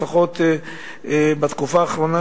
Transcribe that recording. לפחות בתקופה האחרונה,